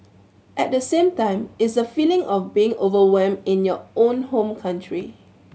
at the same time it's the feeling of being overwhelmed in your own home country